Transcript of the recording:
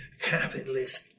capitalist